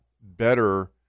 better